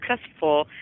successful